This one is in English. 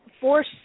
force